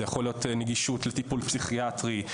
זה יכול להיות נגישות לטיפול פסיכיאטרי,